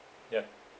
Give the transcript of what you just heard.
yeah